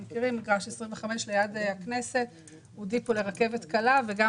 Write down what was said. מגרש 25 שליד הכנסת הוא תחנה שכזו לטובת הרכבת הקלה וגם